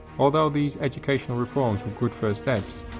although these educational reforms were good first steps,